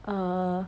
err